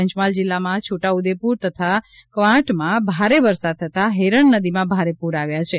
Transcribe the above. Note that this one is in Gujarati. પંચમહાલ જિલ્લામાં છોટા ઉદેપુર તથા કવાંટમાં ભારે વરસાદ થતાં હેરણ નદીમાં ભારે પૂર આવ્યા છે